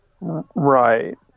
right